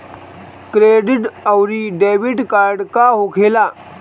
Credit आउरी debit card का होखेला?